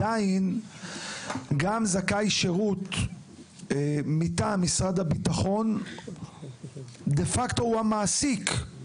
גם זכאי שירות מטעם משרד הביטחון הוא המעסיק דה